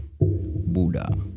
Buddha